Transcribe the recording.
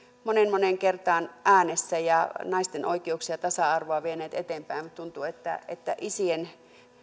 moneen moneen kertaan äänessä ja naisten oikeuksia ja tasa arvoa vieneet eteenpäin mutta tuntuu että että isien